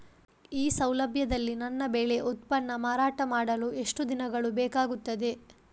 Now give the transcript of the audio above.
ಈ ಸೌಲಭ್ಯದಲ್ಲಿ ನನ್ನ ಬೆಳೆ ಉತ್ಪನ್ನ ಮಾರಾಟ ಮಾಡಲು ಎಷ್ಟು ದಿನಗಳು ಬೇಕಾಗುತ್ತದೆ?